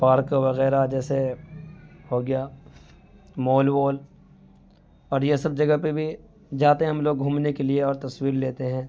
park وغیرہ جیسے ہوگیا مال وال اور یہ سب جگہ پہ بھی جاتے ہیں ہم لوگ گھومنے کے لیے اور تصویر لیتے ہیں